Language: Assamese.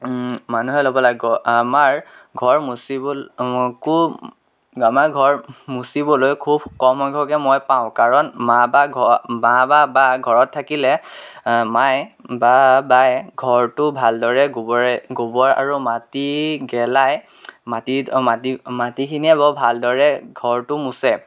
মানুহে ল'ব লাগে গ আমাৰ ঘৰ মোচিবল কো আমাৰ ঘৰ মোচিবলৈ খুব কম সংখ্যকে মই পাওঁ কাৰণ মা বা ঘৰ বা বা ঘৰত থাকিলে মায়ে বা বায়ে ঘৰটো ভালদৰে গোবৰেৰে গোবৰ আৰু মাটি গেলাই মাটিত মাটিখিনিয়ে আকৌবৰ ভালদৰে ঘৰটো মোচে